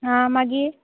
आं मागीर